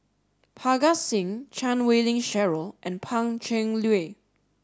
Parga Singh Chan Wei Ling Cheryl and Pan Cheng Lui